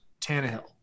Tannehill